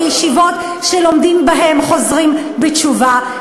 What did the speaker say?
לישיבות שלומדים בהן חוזרים בתשובה,